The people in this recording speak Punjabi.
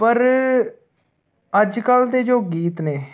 ਪਰ ਅੱਜ ਕੱਲ੍ਹ ਦੇ ਜੋ ਗੀਤ ਨੇ